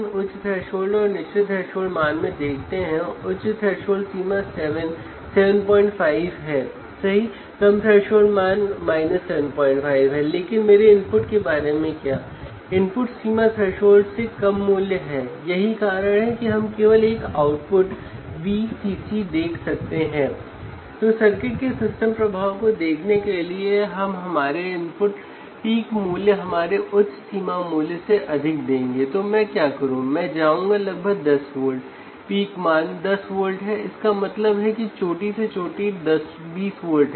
उच्च और निम्न आयामों के लिए प्रयोग को दोहराएं और अवलोकन नोट करें